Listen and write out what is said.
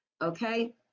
okay